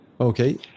Okay